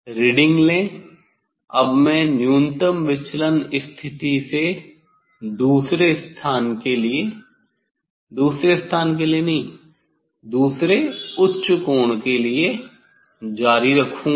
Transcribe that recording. reading लें अब मैं न्यूनतम विचलन स्थिति से दूसरे स्थान के लिए दूसरे स्थान के लिए नहीं दूसरे उच्च कोण के लिए जारी रखूंगा